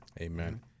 Amen